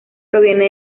proviene